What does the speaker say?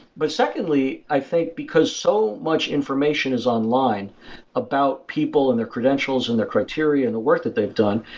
but secondly, i think because so much information is online about people and their credentials and their criteria and the work that they've done,